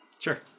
Sure